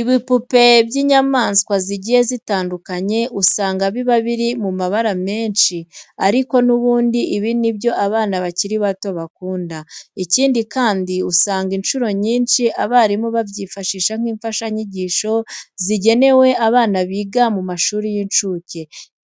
Ibipupe by'inyamaswa zigiye zitandukanye usanga biba biri mu mabara menshi ariko n'ubundi ibi ni byo abana bakiri bato bakunda. Ikindi kandi, usanga incuro nyinshi abarimu babyifashisha nk'imfashanyigisho zigenewe abana biga mu mashuri y'incuke.